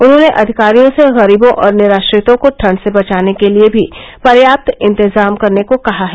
उन्होंने अधिकारियों से गरीबों और निराश्रितों को ठंड से बचाने के लिए भी पर्याप्त इंतजाम करने को कहा है